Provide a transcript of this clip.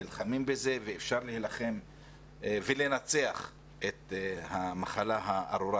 נלחמים עם זה ואפשר להילחם ולנצח את המחלה הארורה